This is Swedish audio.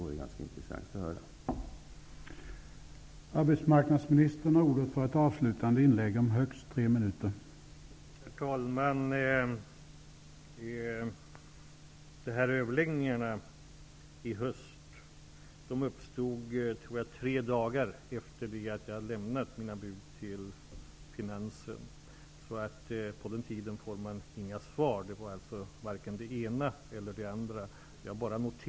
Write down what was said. Det vore ganska intressant att höra det.